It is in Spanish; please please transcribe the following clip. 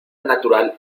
natural